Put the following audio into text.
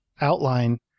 outline